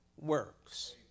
works